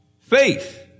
Faith